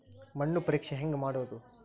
ಮಣ್ಣು ಪರೇಕ್ಷೆ ಹೆಂಗ್ ಮಾಡೋದು?